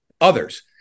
others